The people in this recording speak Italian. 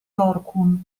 zorqun